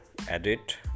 edit